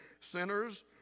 Sinners